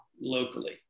locally